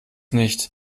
nicht